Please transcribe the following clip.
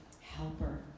helper